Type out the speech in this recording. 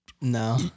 No